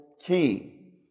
king